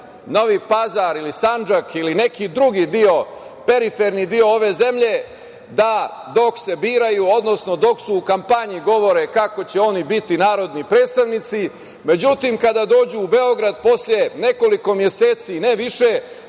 Novi Pazar ili Sandžak ili neki drugi deo, periferni deo ove zemlje, da dok se biraju, odnosno dok su u kampanji govore kako će oni biti narodni predstavnici, međutim, kada dođu u Beograd, posle nekoliko meseci, ne više,